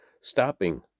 stopping